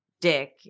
Dick